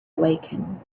awaken